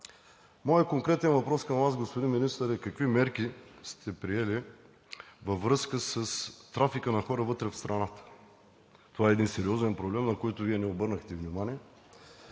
Моят конкретен въпрос към Вас, господин Министър, е: какви мерки сте предприели във връзка с трафика на хора вътре в страната? Това е един сериозен проблем, на който Вие не обърнахте внимание!